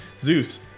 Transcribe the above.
Zeus